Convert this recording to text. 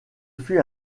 fut